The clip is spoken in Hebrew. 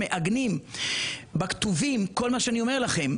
שמעגנים בכתובים את כל מה שאני אומר לכם,